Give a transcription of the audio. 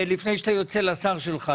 לפני שאתה יוצא לשר שלך,